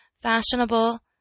fashionable